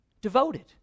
Devoted